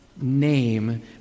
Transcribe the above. name